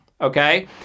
okay